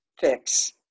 fix